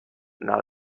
not